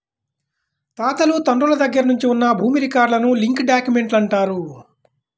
తాతలు తండ్రుల దగ్గర నుంచి ఉన్న భూమి రికార్డులను లింక్ డాక్యుమెంట్లు అంటారు